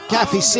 Kathy